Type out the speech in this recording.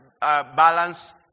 balance